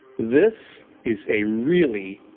this is a really,